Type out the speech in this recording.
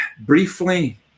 Briefly